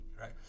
right